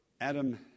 Adam